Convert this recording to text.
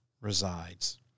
resides